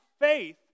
faith